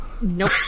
Nope